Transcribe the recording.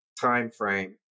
timeframe